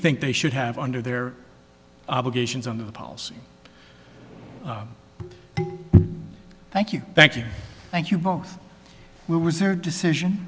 think they should have under their obligations under the policy thank you thank you thank you both what was their decision